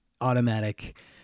automatic